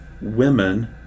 women